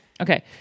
Okay